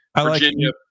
Virginia